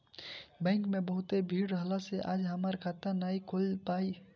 bank में बहुते भीड़ रहला से आज हमार खाता नाइ खुल पाईल